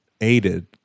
aided